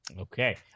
okay